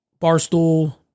barstool